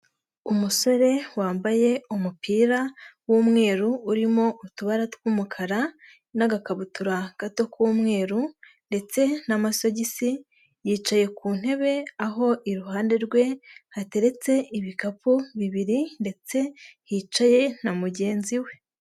Umusore wambaye umupira w’umweru urimo utubara tw'umukara n'agakabutura gato k'umweru, ndetse n’amasogisi, yicaye ku ntebe, aho iruhande rwe hateretse ibikapu bibiri, ndetse hicaye na mugenzi we.